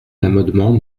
l’amendement